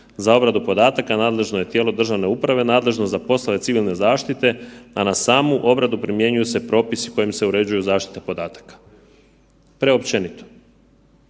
Za obradu podataka nadležno je tijelo državne uprave nadležno za poslove civilne zaštite, a na samu obradu primjenjuju se propisi kojim se uređuju zaštita podataka. Preopćenito.